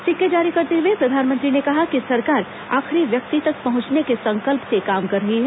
सिक्के जारी करते हुए प्रधानमंत्री ने कहा कि सरकार आखिरी व्यक्ति तक पहुंचने के संकल्प से काम कर रही है